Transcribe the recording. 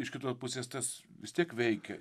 iš kitos pusės tas vis tiek veikia